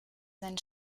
sein